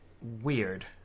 Weird